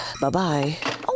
Bye-bye